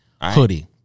hoodie